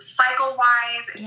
cycle-wise